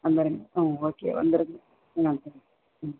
வந்துறங்க ஆ ஓகே வந்துறங்க ஆ ம்